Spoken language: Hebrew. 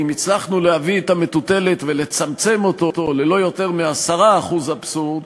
אם הצלחנו להביא את המטוטלת ולצמצם אותו ללא יותר מ-10% אבסורד,